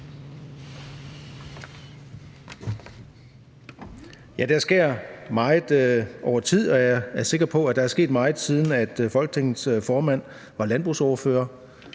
Der sker meget over tid, og jeg er sikker på, at der er sket meget, siden Folketingets formand var landbrugsordfører.